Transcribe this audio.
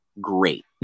great